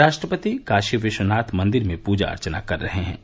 राष्ट्रपति काशी विश्वनाथ मंदिरन में पूजा अर्चना कइ रहल हवें